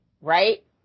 right